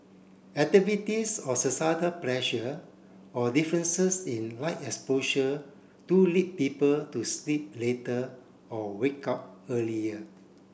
activities or societal pressure or differences in light exposure do lead people to sleep later or wake up earlier